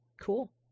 Cool